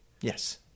yes